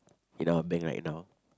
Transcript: in our bank right now